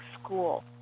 school